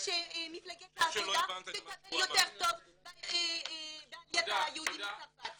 שמפלגת העבודה תטפל יותר טוב בעליית היהודים מצרפת.